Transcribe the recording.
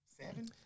seven